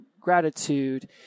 gratitude